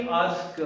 ask